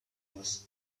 was